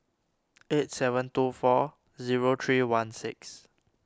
eight seven two four zero three one six